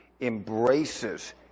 embraces